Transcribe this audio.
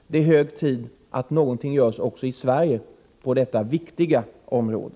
Det är hög tid att någonting görs också i Sverige på detta viktiga område.